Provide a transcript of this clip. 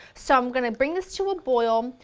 so i'm going to bring this to a boil,